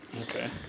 Okay